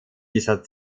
dieser